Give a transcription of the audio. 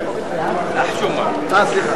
הנושא לוועדת הכספים